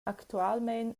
actualmein